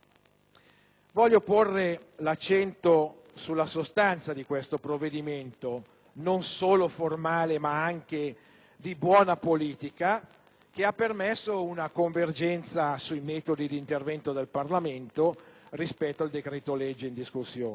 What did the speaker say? Voglio porre l'accento sulla sostanza di questo provvedimento, non solo formale ma anche di buona politica, che ha permesso una convergenza sui metodi di intervento del Parlamento rispetto al decreto-legge in discussione.